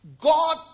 God